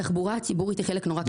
התחבורה הציבורית היא חלק מאוד קטן מזה.